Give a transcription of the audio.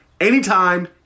anytime